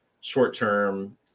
short-term